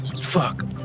fuck